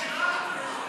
ועדת השרים לחקיקה אישרה,